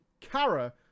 Kara